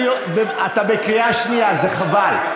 אתה בקריאה שנייה, זה חבל.